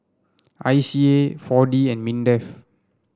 I C A four D and Mindef